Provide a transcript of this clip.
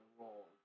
role